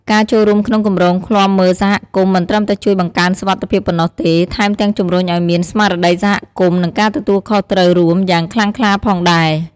ការចូលរួមក្នុងគម្រោងឃ្លាំមើលសហគមន៍មិនត្រឹមតែជួយបង្កើនសុវត្ថិភាពប៉ុណ្ណោះទេ ថែមទាំងជំរុញឲ្យមាន ស្មារតីសហគមន៍ និងការទទួលខុសត្រូវរួម យ៉ាងខ្លាំងក្លាផងដែរ។